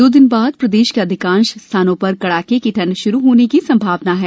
दो दिन बाद प्रदेश के अधिकांश स्थानों पर कड़ाके की ठंड श्रू होने की संभावना है